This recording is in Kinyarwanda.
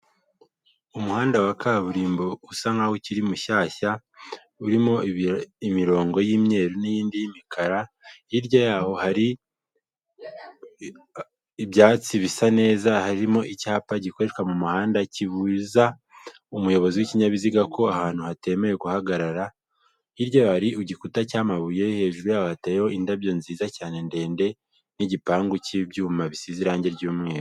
Umuhanda wa kaburimbo usa nkaho ukiri mushyashya, urimo imirongo y'imyeru n'iyindi y'imikara, hirya yaho hari ibyatsi bisa neza harimo icyapa gikoreshwa mu muhanda kibuza umuyobozi w'ikinyabiziga ko aho hantu hatemewe guhagarara. Hirya yaho hari igikuta cy'amabuye hejuru yaho hateyeho indabyo nziza cyane ndende n'igipangu cy'ibyuma bisize irangi ry'umweru.